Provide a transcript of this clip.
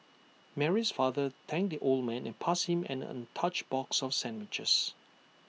Mary's father thanked the old man and passed him an untouched box of sandwiches